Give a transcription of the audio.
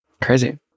crazy